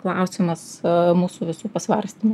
klausimas mūsų visų pasvarstymų